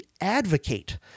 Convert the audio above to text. advocate